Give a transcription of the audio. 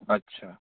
अच्छा